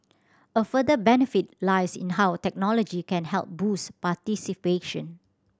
a further benefit lies in how technology can help boost participation